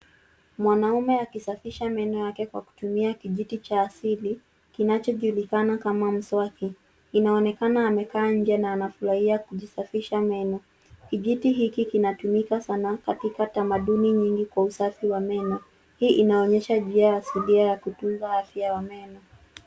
Mwanauma akisafisha meno yake kwa kutumia kijiti cha asili kinachojulikana kama mswaki. Inaonekana amekaa nje na anafurahia kujisafisha meno. Kijiti hiki kinatumika sana katika tamaduni nyingi kwa usafi wa meno. Hii inaonyesha njia asilia ya kutunza afya ya meno.